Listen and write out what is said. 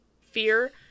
fear